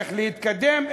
איך להתקדם,